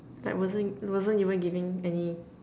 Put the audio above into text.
like wasn't wasn't even giving any